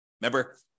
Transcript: Remember